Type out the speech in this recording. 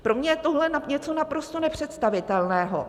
Pro mě je tohle něco naprosto nepředstavitelného.